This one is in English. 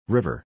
River